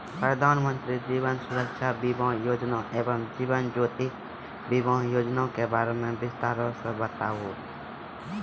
प्रधान मंत्री जीवन सुरक्षा बीमा योजना एवं जीवन ज्योति बीमा योजना के बारे मे बिसतार से बताबू?